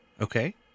Okay